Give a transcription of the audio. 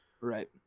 right